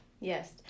yes